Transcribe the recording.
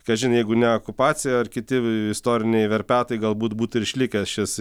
kažin jeigu ne okupacija ar kiti istoriniai verpetai galbūt būtų ir išlikęs šis